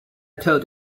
told